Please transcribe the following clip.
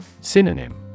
Synonym